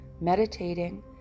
Meditating